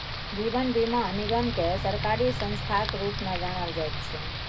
जीवन बीमा निगमकेँ सरकारी संस्थाक रूपमे जानल जाइत छै